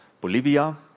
Bolivia